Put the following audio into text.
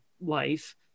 life